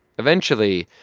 eventually,